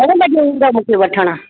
घणे बजे ईंदा मूंखे वठणु